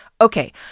Okay